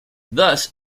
thus